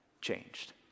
changed